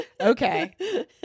Okay